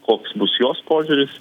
koks bus jos požiūris